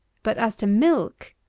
but as to milk,